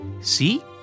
See